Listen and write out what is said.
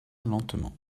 lentement